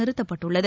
நிறுத்தப்பட்டுள்ளது